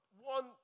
one